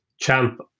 Champ